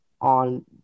on